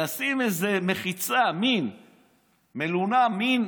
לשים איזה מחיצה, מלונה, מין